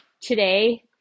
today